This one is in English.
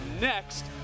next